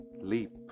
Leap